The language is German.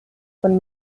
von